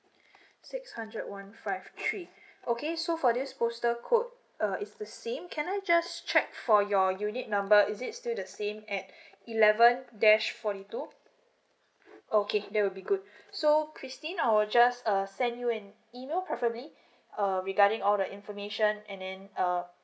six hundred one five three okay so for this postal code uh is the same can I just check for your unit number is it still the same at eleven dash forty two okay that will be good so christine I'll just uh send you an email preferably um regarding all the information and then uh